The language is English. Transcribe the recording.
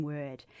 Word